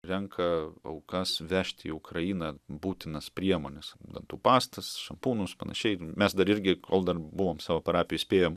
renka aukas vežti į ukrainą būtinas priemones dantų pastas šampūnus panašiai mes dar irgi kol dar buvom savo parapijos spėjom